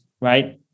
right